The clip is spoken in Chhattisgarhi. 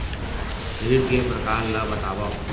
ऋण के परकार ल बतावव?